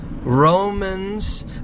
Romans